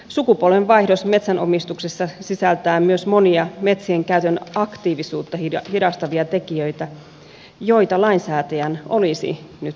sukupolvenvaihdos metsänomistuksessa sisältää myös monia metsien käytön aktiivisuutta hidastavia tekijöitä joita lainsäätäjän olisi nyt mahdollista helpottaa